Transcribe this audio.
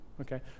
Okay